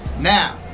Now